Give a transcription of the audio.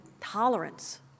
tolerance